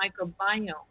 microbiome